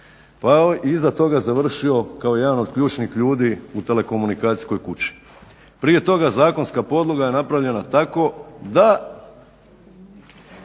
pa iza toga završio kao jedan od ključnih ljudi u telekomunikacijskoj kući. Prije toga zakonska podloga je napravljena tako da